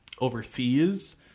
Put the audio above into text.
overseas